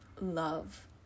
love